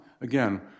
again